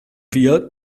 wir